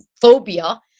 phobia